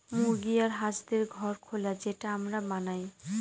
মুরগি আর হাঁসদের ঘর খোলা যেটা আমরা বানায়